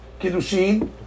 Kiddushin